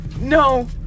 No